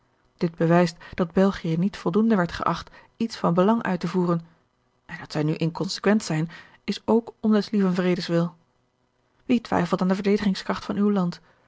dit bewijst dat belgië niet voldoende werd geacht iets van belang uit te voeren en dat zij nu inconsequent zijn is ook om des lieven vredes wil wie twijfelt aan de verdedigingskracht van uw land